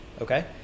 Okay